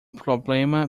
problema